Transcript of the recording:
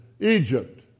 Egypt